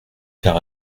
car